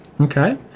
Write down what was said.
Okay